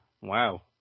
Wow